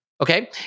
Okay